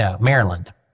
maryland